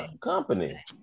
company